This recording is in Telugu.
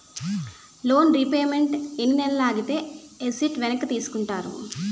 లోన్ రీపేమెంట్ ఎన్ని నెలలు ఆగితే ఎసట్ వెనక్కి తీసుకుంటారు?